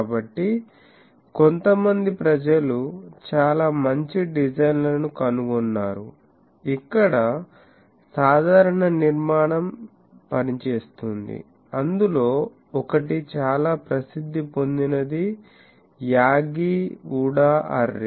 కాబట్టి కొంతమంది ప్రజలు చాలా మంచి డిజైన్లను కనుగొన్నారు ఇక్కడ సాధారణ నిర్మాణం పని చేస్తుందిఅందులో ఒకటి చాలా ప్రసిద్ధి పొందినది యాగీ ఉడా అర్రే